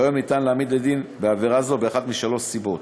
כיום אפשר להעמיד לדין בעבירה זו באחת משלוש סיבות: